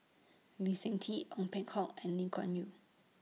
Lee Seng Tee Ong Peng Hock and Lim Kuan Yew